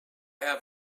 have